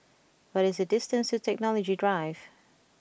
what is the distance to Technology Drive